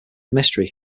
mystery